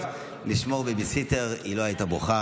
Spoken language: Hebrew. להיות בייביסיטר היא לא הייתה בוכה,